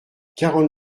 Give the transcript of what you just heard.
quarante